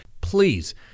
Please